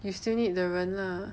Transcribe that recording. you still need the 人 lah